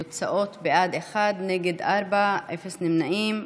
תוצאות: בעד, אחד, נגד, ארבעה ואפס נמנעים.